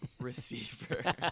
receiver